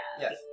Yes